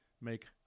make